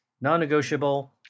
non-negotiable